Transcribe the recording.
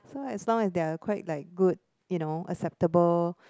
so as long as they're quite like good you know acceptable